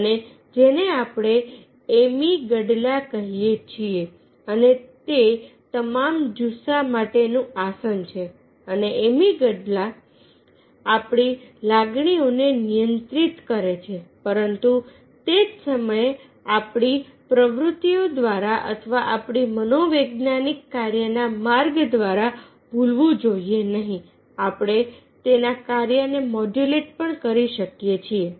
અને જેને આપણે એમીગડાલા કહીએ છીએ અને તે તમામ જુસ્સો માટેનું આસન છે અને એમીગડાલા આપણી લાગણીઓને નિયંત્રિત કરે છે પરંતુ તે જ સમયે આપણે આપણી પ્રવૃત્તિઓ દ્વારા અથવા આપણા મનોવૈજ્ઞાનિક કાર્યના માર્ગ દ્વારા ભૂલવું જોઈએ નહીં આપણે તેના કાર્યને મોડ્યુલેટ પણ કરી શકીએ છીએ